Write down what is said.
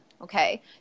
Okay